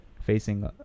facing